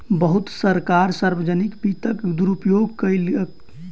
बहुत सरकार सार्वजनिक वित्तक दुरूपयोग कयलक